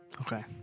Okay